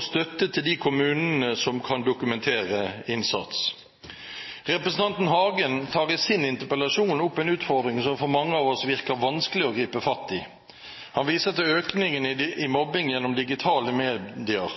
støtte til de kommunene som kan dokumentere innsats. Representanten Hagen tar i sin interpellasjon opp en utfordring som for mange av oss virker vanskelig å gripe fatt i. Han viser til økningen i mobbing gjennom digitale medier.